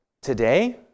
Today